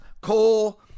coal